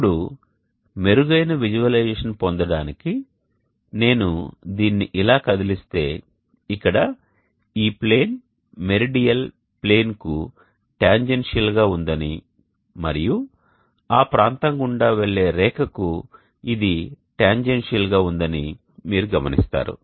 ఇప్పుడు మెరుగైన విజువలైజేషన్ పొందడానికి నేను దీన్ని ఇలా కదిలిస్తే ఇక్కడ ఈప్లేన్ మెరిడియల్ ప్లేన్కు టాంజెన్షియల్గా ఉందని మరియు ఆ ప్రాంతం గుండా వెళ్లే రేఖకు ఇది టాంజెన్షియల్గా ఉందని మీరు గమనిస్తారు